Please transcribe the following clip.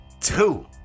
Two